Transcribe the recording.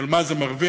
של מה זה מרוויח,